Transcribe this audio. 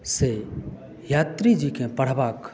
से यात्री जीके पढबाक